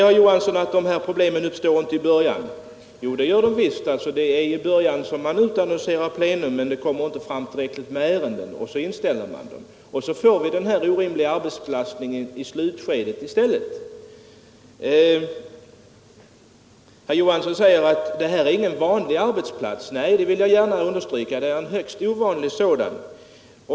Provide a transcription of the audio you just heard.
Herr Johansson säger att dessa problem inte uppstår i början av riksdagen. Jo, det gör de visst. Det är i början som man utannonserar plena och sedan inställer dem därför att det inte kommer fram tillräckligt med ärenden. I stället får man denna orimliga arbetsbelastning i slutet. Herr Johansson säger att riksdagen inte är någon vanlig arbetsplats. Nej, det vill jag gärna understryka, det är en högst ovanlig sådan.